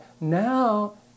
now